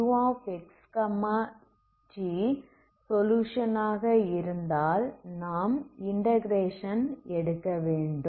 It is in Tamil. uxt சொலுயுஷன் ஆக இருந்தால் நாம் இன்டகிரேஸன் எடுக்கவேண்டும்